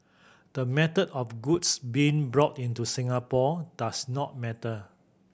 the method of goods being brought into Singapore does not matter